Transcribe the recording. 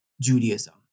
Judaism